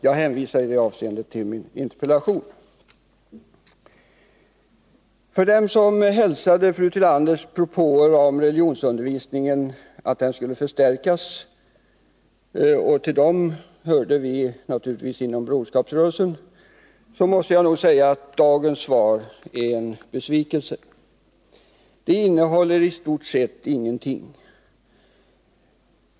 Jag hänvisar i det avseendet till min interpellation. För dem som med tillfredsställelse hälsade fru Tillanders propåer om att religionsundervisningen skulle förstärkas — och till dem hörde naturligtvis vi inom Broderskapsrörelsen — måste nog dagens svar medföra besvikelse. Det innehåller i stort sett ingenting.